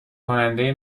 کننده